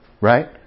Right